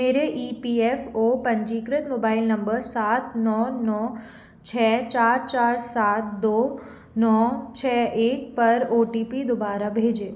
मेरे E P F O पंजीकृत mobile नम्बर सात नौ नौ छः चार चार सात दो नौ छः एक पर ओ टी पी दोबारा भेजें